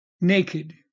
naked